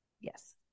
yes